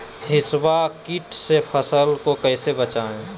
हिसबा किट से फसल को कैसे बचाए?